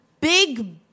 big